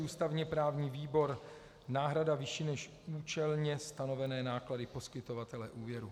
Ústavněprávní výbor, náhrada vyšší než účelně stanovené náklady poskytovatele úvěru.